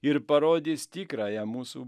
ir parodys tikrąją mūsų